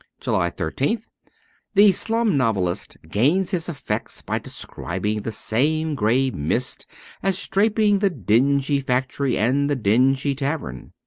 july thirteenth the slum novelist gains his effects by describing the same grey mist as draping the dingy factory and the dingy tavern.